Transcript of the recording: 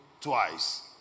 twice